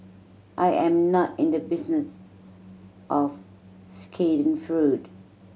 I am not in the business of schadenfreude